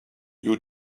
you